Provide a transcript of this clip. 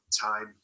time